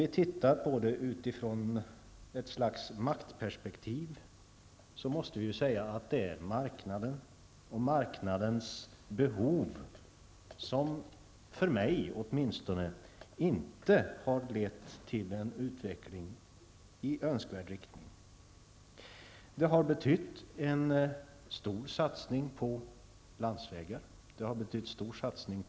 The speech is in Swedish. Om vi ser på det hela utifrån ett slags maktperspektiv måste sägas att det är marknaden och marknadens behov som, åtminstone enligt min mening, inte har lett till en utveckling i önskvärd riktning. Det har betytt en stor satsning på landsvägar och på biltrafiken.